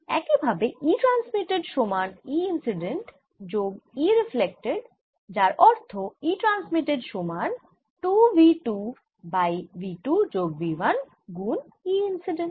একই ভাবে পাবো E ট্রান্সমিটেড সমান E ইন্সিডেন্ট যোগ E রিফ্লেক্টেড যার অর্থ E ট্রান্সমিটেড সমান 2 v 2 বাই v 2 যোগ v 1 গুন E ইন্সিডেন্ট